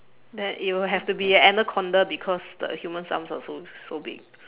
then it will have to be a anaconda because the humans arms are so so big